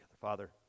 Father